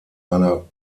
einer